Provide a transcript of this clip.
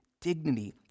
dignity